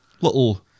Little